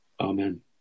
Amen